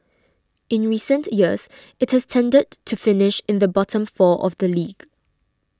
in recent years it has tended to finish in the bottom four of the league